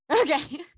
Okay